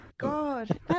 God